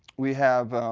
we have